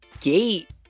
gate